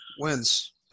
wins